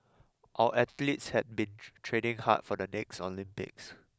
our athletes have been training hard for the next Olympics